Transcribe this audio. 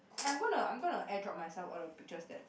and I'm gonna I'm gonna air drop myself all the pictures that